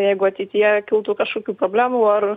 jeigu ateityje kiltų kažkokių problemų ar